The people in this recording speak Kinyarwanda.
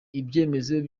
ibyemezo